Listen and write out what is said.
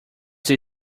they